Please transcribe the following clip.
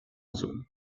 zones